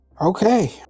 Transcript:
okay